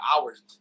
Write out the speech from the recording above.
hours